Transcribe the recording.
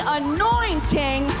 anointing